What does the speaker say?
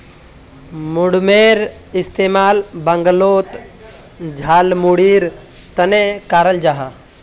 मुड़मुड़ेर इस्तेमाल बंगालोत झालमुढ़ीर तने कराल जाहा